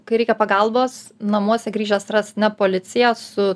kai reikia pagalbos namuose grįžęs ras ne policiją su